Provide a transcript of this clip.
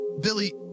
Billy